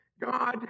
God